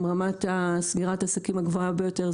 עם רמת סגירת עסקים הגבוהה ביותר,